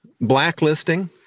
blacklisting